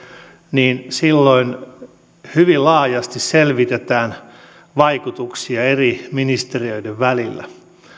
niin silloin hyvin laajasti selvitetään vaikutuksia eri ministeriöiden välillä